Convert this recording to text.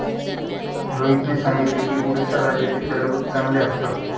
रोहितने सांगितले की उडीसा राज्यातील टरबूज चांगले असतात